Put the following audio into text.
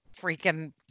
freaking